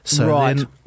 Right